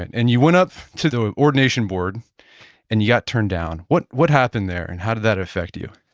and and you went up to the ordination board and you got turned down. what what happened there and how did that affect you?